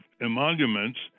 emoluments